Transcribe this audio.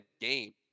game